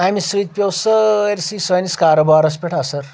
امہِ سۭتۍ پیٚو سٲرسی سٲنِس کاروبارَس پؠٹھ اَثَر